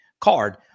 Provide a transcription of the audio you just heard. card